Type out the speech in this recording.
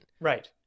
Right